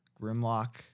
Grimlock